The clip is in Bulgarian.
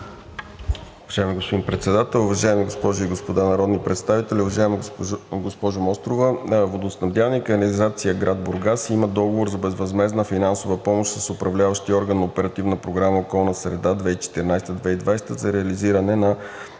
Уважаеми господин Председател, уважаеми госпожи и господа народни представители! Уважаема госпожо Мострова, „Водоснабдяване и канализация“ – град Бургас има договор за безвъзмездна финансова помощ с управляващия орган Оперативна програма „Околна среда 2014 – 2020“ за реализиране на